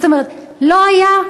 זאת אומרת, לא היה?